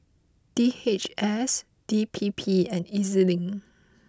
D H S D P P and Ez Link